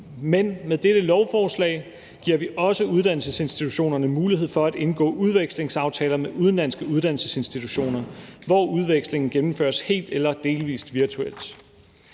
Men med dette lovforslag giver vi også uddannelsesinstitutionerne mulighed for at indgå udvekslingsaftaler med udenlandske uddannelsesinstitutioner, hvor udvekslingen gennemføres helt eller delvist virtuelt.